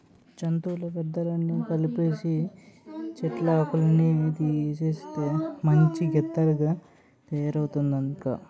జంతువుల వ్యర్థాలన్నీ కలిపీసీ, చెట్లాకులన్నీ ఏసేస్తే మంచి గెత్తంగా తయారయిందక్కా